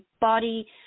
body